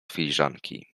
filiżanki